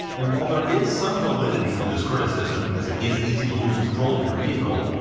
and while there is some validity to this criticism, as it is easy to lose control of your vehicle,